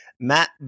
Matt